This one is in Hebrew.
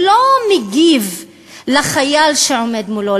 הוא לא מגיב לחייל שעומד מולו,